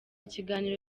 kiganiro